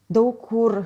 daug kur